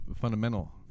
fundamental